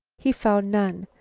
he found none.